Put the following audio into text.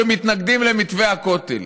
שמתנגדים למתווה הכותל,